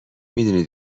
میدونی